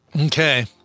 Okay